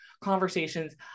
conversations